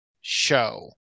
show